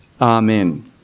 Amen